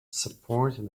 support